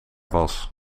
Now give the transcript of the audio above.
was